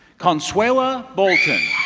consuela bolton.